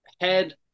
head